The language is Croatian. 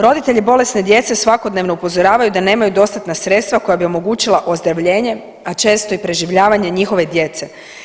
Roditelji bolesne djece svakodnevno upozoravaju da nemaju dostatna sredstva koja bi omogućila ozdravljanje a često i preživljavanje njihove djece.